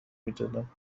میدادم